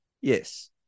Yes